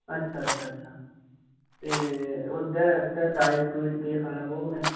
अच्छा अच्छा अच्छा ते ओह्दे आस्तै डाईट डूईट केह् खाने पौग में